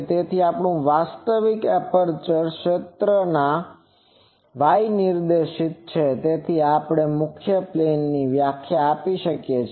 તેથી આપણું વાસ્તવિક એપ્રેચર ક્ષેત્ર વાય નિર્દેશિત છે તેથી આપણે મુખ્ય પ્લેન ની વ્યાખ્યા આપી શકીએ છીએ